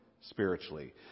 spiritually